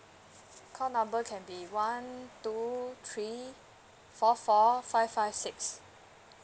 account number can be one two three four four five five six